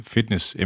Fitness